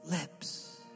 lips